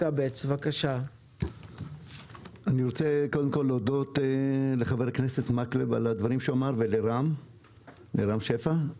אני רוצה להודות לחברי הכנסת אורי מקלב ולרם שפע על הדברים שהם אמרו.